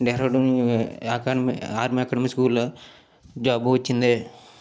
Dehradun academy army academy స్కూల్లో job వచ్చింది